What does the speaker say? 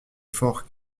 forts